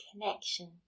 connection